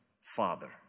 father